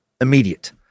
immediate